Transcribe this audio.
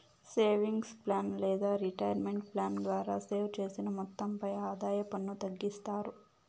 savings plan లేదా retirement plan ద్వారా save చేసిన మొత్తంపై ఆదాయ పన్ను తగ్గిస్తారు